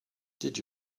did